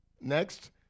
Next